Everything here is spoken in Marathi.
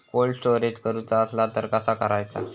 कोल्ड स्टोरेज करूचा असला तर कसा करायचा?